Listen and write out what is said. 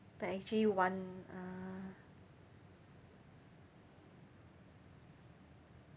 but actually one ah